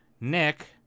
Nick